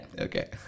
Okay